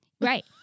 right